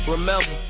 Remember